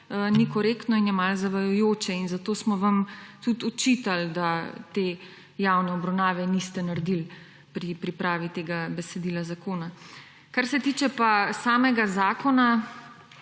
ni korektno in je malo zavajajoče. Zato smo vam tudi očitali, da te javne obravnave niste naredili pri pripravi tega besedila zakona. Kar se tiče pa samega zakona,